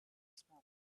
smoke